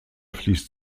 fließt